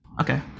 Okay